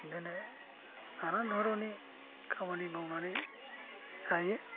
बिदिनो नानान धर'नि खामानि मावनानै जायो